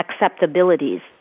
acceptabilities